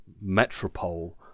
metropole